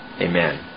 Amen